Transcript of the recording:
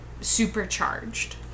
supercharged